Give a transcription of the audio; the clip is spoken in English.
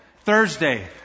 Thursday